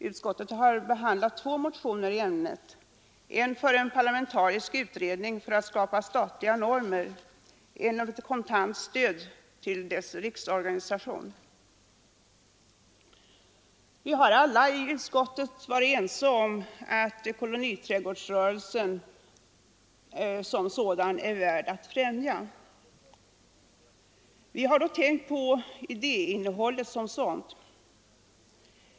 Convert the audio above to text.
Utskottet har behandlat två motioner i ämnet, en om en parlamentarisk utredning för att skapa statliga normer, en om ett kontant stöd till riksorganisationen. Alla i utskottet har varit ense om att koloniträdgårdsrörelsen är värd att främja — vi har då tänkt på idéinnehållet som sådant.